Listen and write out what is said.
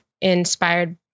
inspired